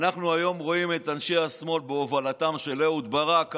היום אנחנו רואים את אנשי השמאל בהובלתם של אהוד ברק,